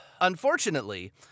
unfortunately